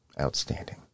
Outstanding